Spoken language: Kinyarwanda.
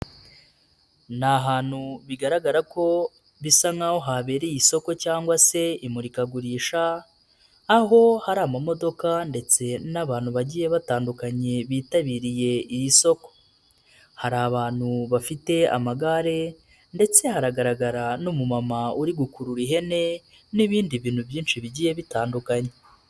Ni ahantu bigaragara ko bisa nk'aho habereye isoko cyangwa se imurikagurisha, aho hari amamodoka ndetse n'abantu bagiye batandukanye bitabiriye iri soko. Hari abantu bafite amagare ndetse haragaragara n'umumama uri gukurura ihene n'ibindi bintu byinshi bigiye bitandukanye.